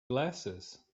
glasses